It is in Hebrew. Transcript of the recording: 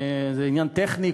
זה עניין טכני.